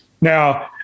now